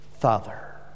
Father